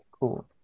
cool